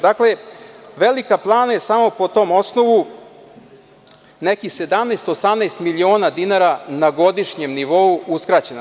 Dakle, Velika Plana je samo po tom osnovu nekih 17, 18 miliona dinara na godišnjem nivou uskraćena.